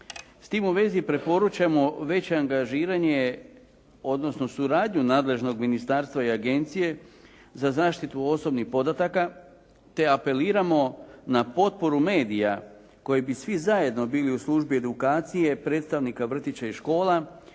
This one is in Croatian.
S tim u vezi preporučamo veće angažiranje, odnosno suradnju nadležnog ministarstva i Agencije za zaštitu osobnih podataka te apeliramo na potporu medija koji bi svi zajedno bili u službi edukacije predstavnika vrtića i škola